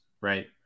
Right